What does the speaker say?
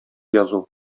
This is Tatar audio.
язу